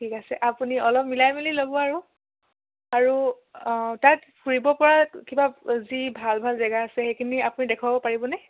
ঠিক আছে আপুনি অলপ মিলাই মেলি ল'ব আৰু আৰু তাত ফুৰিব পৰা কিবা যি ভাল ভাল জেগা আছে সেইখিনি আপুনি দেখুৱাব পাৰিব নে